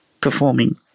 performing